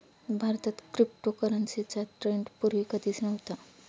भारतात क्रिप्टोकरन्सीचा ट्रेंड पूर्वी कधीच नव्हता